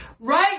Right